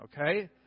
okay